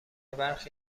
برخی